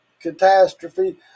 catastrophe